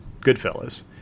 Goodfellas